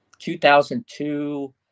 2002